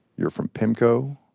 you're from pimco.